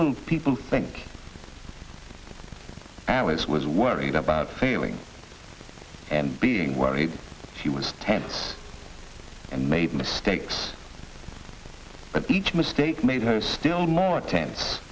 when people think alice was worried about failing and being worried she was tense and made mistakes but each mistake made her still more tense